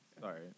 Sorry